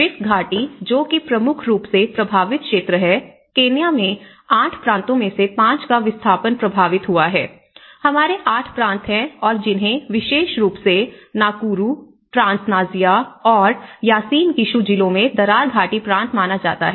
rift घाटी जो कि प्रमुख रूप से प्रभावित क्षेत्र है केन्या में 8 प्रांतों में से 5 का विस्थापन प्रभावित हुआ है हमारे 8 प्रांत हैं और जिन्हें विशेष रूप से नाकुरु ट्रांस नाज़िया और यासीन गिशु जिलों में दरार घाटी प्रांत माना जाता है